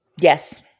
Yes